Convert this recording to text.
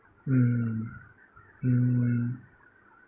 mm mm